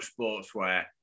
sportswear